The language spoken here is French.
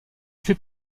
fait